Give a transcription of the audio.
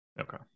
Okay